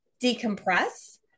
decompress